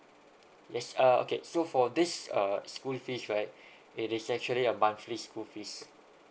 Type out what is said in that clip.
yes uh okay so for this err school fees right it is actually a monthly school fees